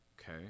okay